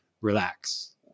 relax